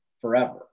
forever